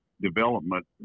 development